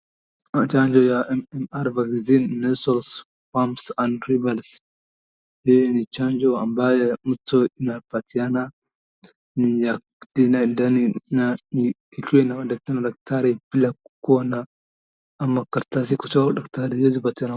Chanjo ya [cs[MMR vaccine measles, mumps, and rubells . Hii ni chanjo ambaye mtu anapatiana ni ya ndani na ni ikiwa inaona daktari bila kuwa na ama karatasi kutoka kwa daktari huwezi patiana.